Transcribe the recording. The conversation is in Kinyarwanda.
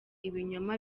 ibinyoma